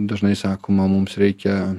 dažnai sakoma mums reikia